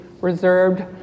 reserved